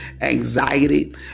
anxiety